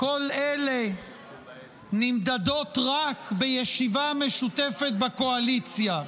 כל אלה נמדדות רק בישיבה משותפת בקואליציה,